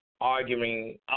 arguing